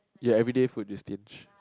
ya everyday food you stinge